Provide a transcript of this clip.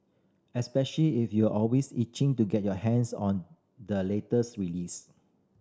especially if you always itching to get your hands on the latest release